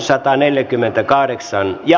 merkitään pöytäkirjaan